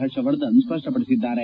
Harshvardhan ಸ್ಪಪ್ಪಪಡಿಸಿದ್ದಾರೆ